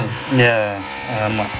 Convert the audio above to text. ya !alamak!